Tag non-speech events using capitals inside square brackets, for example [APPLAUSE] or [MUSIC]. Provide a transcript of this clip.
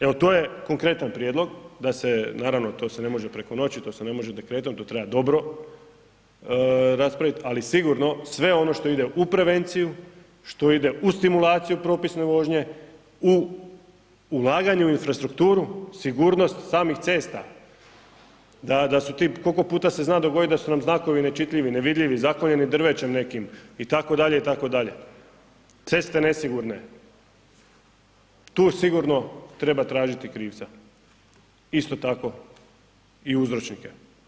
Evo, to je konkretan prijedlog, da se naravno, to se ne može preko noći, to se ne može ... [UNINTELLIGIBLE] to treba dobro raspraviti, ali sigurno, sve ono što ide u prevenciju, što ide u stimulaciju propisne vožnje, u ulaganju u infrastrukturu, sigurnost samih cesta, da su ti, koliko puta se zna dogoditi da su nam znakovi nečitljivi, nevidljivi, zaklonjeni drvećem nekim, itd., itd., ceste nesigurne, tu sigurno treba tražiti krivca, isto tako i uzročnike.